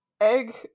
egg